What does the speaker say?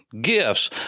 gifts